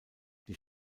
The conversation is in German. die